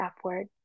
upward